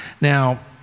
Now